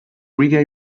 reggae